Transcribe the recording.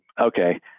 okay